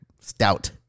stout